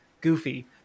goofy